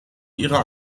ihrer